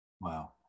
Wow